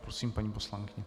Prosím, paní poslankyně.